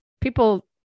People